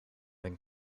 een